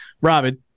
Robin